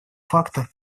факта